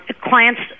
clients